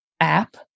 app